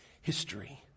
history